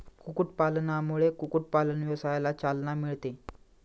कुक्कुटपालनामुळे कुक्कुटपालन व्यवसायाला चालना मिळते